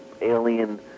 alien